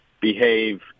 behave